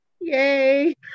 Yay